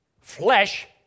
flesh